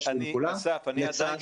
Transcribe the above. אסף, אני עדיין